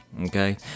okay